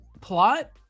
plot